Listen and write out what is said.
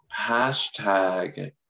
hashtag